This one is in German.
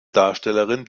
darstellerin